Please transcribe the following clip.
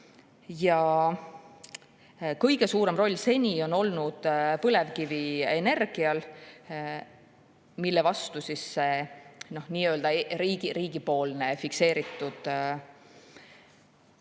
Kõige suurem roll seni on olnud põlevkivienergial, mille vastu siis see nii-öelda riigipoolne fikseeritud